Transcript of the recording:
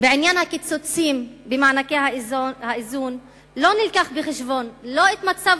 בעניין הקיצוצים במענקי האיזון לא הובאו בחשבון לא מצב